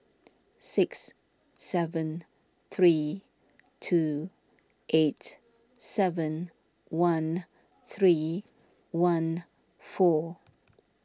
six seven three two eight seven one three one four